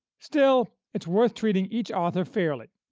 still, it's worth treating each author fairly,